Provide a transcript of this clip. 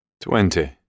Twenty